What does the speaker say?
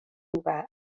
muga